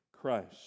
Christ